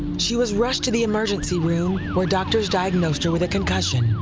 she was rushed to the emergency room, where doctors diagnosed her with a concussion.